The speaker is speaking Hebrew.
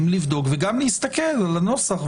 לבדוק וגם להסתכל על הנוסח.